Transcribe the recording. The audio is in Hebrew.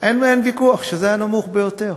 אין ויכוח שזה הנמוך ביותר.